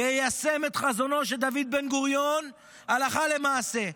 ויישם את חזונו של דוד בן-גוריון הלכה למעשה.